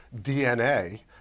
DNA